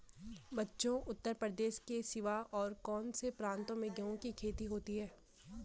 बच्चों उत्तर प्रदेश के सिवा और कौन से प्रांतों में गेहूं की खेती होती है?